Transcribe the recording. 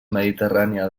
mediterrània